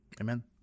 Amen